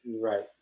Right